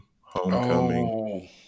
Homecoming